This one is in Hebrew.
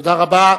תודה רבה.